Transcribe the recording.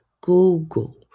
Google